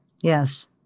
Yes